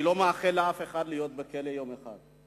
אני לא מאחל לאף אחד להיות בכלא יום אחד,